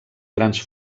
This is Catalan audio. grans